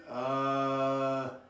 uh